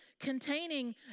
containing